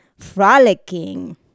frolicking